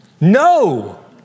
No